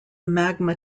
magma